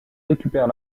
récupère